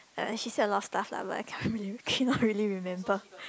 uh she said a lot of stuff lah but I can't really cannot really remember